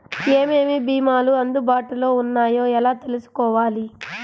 ఏమేమి భీమాలు అందుబాటులో వున్నాయో ఎలా తెలుసుకోవాలి?